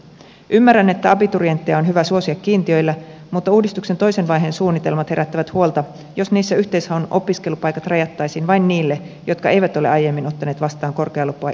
ymmärrän että abiturientteja on hyvä suosia kiintiöillä mutta uudistuksen toisen vaiheen suunnitelmat herättävät huolta jos niissä yhteishaun opiskelupaikat rajattaisiin vain niille jotka eivät ole aiemmin ottaneet vastaan korkeakoulupaikkaa